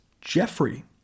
Jeffrey